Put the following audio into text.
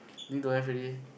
I think don't have already eh